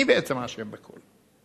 מי בעצם אשם בכול?